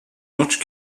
much